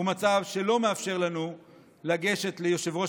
הוא מצב שלא מאפשר לנו לגשת ליושב-ראש